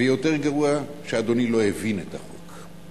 ויותר גרוע, שאדוני לא הבין את החוק.